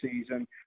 season